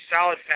solid